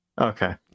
Okay